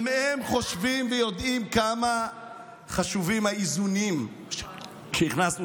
גם הם חושבים ויודעים כמה חשובים האיזונים שהכנסנו